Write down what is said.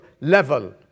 level